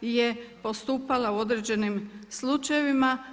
je postupala u određenim slučajevima.